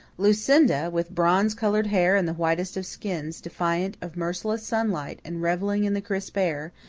lucinda, with bronze-colored hair and the whitest of skins, defiant of merciless sunlight and revelling in the crisp air,